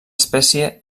espècie